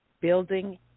building